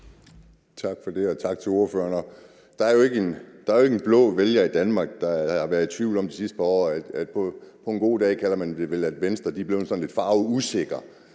Tak for det, og tak til ordføreren. Der er jo ikke en blå vælger i Danmark, der de sidste par år har været i tvivl om, at Venstre er blevet, på en god dag kalder man det vel sådan lidt farveusikre.